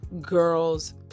girls